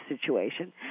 situation